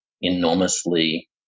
enormously